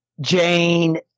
Jane